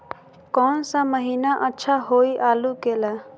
कौन सा महीना अच्छा होइ आलू के ला?